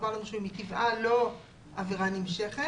מטבעה היא לא עבירה נמשכת.